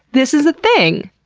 this is a thing!